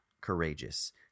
courageous